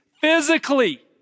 physically